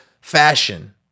fashion